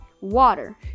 water